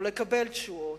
או לקבל תשואות?